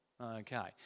Okay